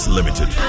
Limited